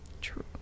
True